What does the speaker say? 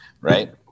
Right